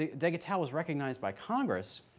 ah degetau was recognized by congress,